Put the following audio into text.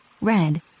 red